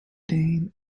name